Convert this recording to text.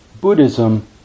Buddhism